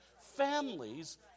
Families